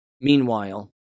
Meanwhile